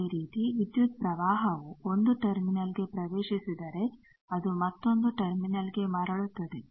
ಅದೇ ರೀತಿ ವಿದ್ಯುತ್ ಪ್ರವಾಹವು 1 ಟರ್ಮಿನಲ್ ಗೆ ಪ್ರವೇಶಿಸಿದರೆ ಅದು ಮತ್ತೊಂದು ಟರ್ಮಿನಲ್ಗೆ ಮರಳುತ್ತದೆ